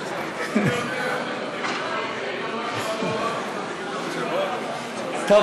טוב,